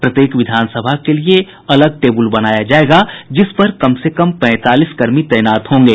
प्रत्येक विधान सभा के लिए अलग टेबुल बनाया जायेगा जिस पर कम से कम पैंतालीस कर्मी तैनात होंगे